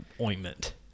ointment